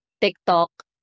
TikTok